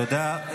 תודה.